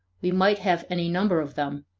we might have any number of them,